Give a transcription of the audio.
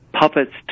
puppets